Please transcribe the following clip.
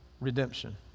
redemption